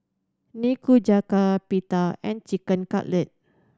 Nikujaga Pita and Chicken Cutlet